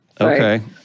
Okay